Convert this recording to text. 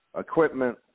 equipment